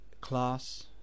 class